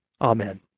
Amen